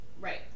right